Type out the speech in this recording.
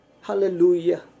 Hallelujah